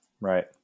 right